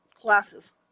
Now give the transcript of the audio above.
classes